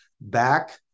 Back